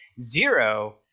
Zero